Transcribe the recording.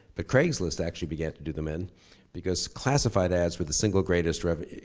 but craigslist actually began to do them in because classified ads were the single greatest revenue.